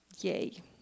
Yay